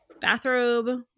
bathrobe